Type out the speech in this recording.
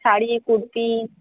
sari kurti